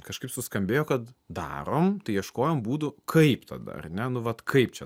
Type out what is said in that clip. kažkaip suskambėjo kad darom tai ieškojom būdų kaip tada ar ne nu vat kaip čia